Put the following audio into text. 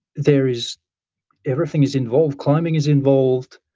there is everything is involved, climbing is involved,